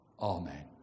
Amen